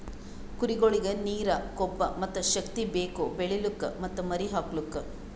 ಕುರಿಗೊಳಿಗ್ ನೀರ, ಕೊಬ್ಬ ಮತ್ತ್ ಶಕ್ತಿ ಬೇಕು ಬೆಳಿಲುಕ್ ಮತ್ತ್ ಮರಿ ಹಾಕಲುಕ್